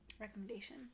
recommendation